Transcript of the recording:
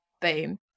boom